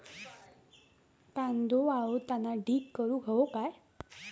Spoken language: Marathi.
कांदो वाळवताना ढीग करून हवो काय?